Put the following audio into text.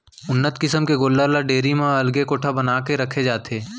उन्नत किसम के गोल्लर ल डेयरी म अलगे कोठा बना के रखे जाथे